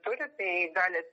turi tai gali